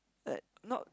that not